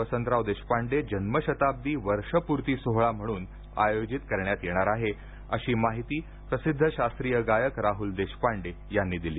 वसंतराव देशपांडे जन्मशताब्दी वर्षपूर्ती सोहळा म्हणून आयोजित करण्यात येणार आहे अशी माहिती प्रसिद्ध शास्त्रीय गायक राहुल देशपांडे यांनी दिली